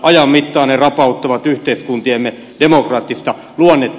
ajan mittaan ne rapauttavat yhteiskuntiemme demokraattista luonnetta